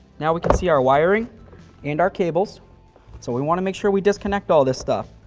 now we can see our wiring and our cables so we want to make sure we disconnect all this stuff.